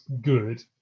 good